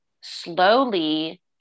slowly